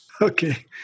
Okay